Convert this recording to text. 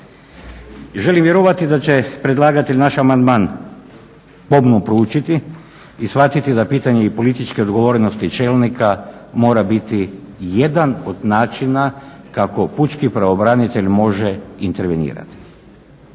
Želim vjerovati da će predlagatelj naš amandman pomno proučiti i shvatiti da pitanje političke odgovornosti čelnika mora biti jedan od načina kako pučki pravobranitelj može intervenirati.